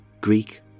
Greek